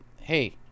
hey